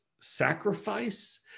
sacrifice